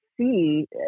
see